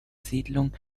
siedlung